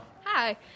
Hi